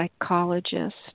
psychologist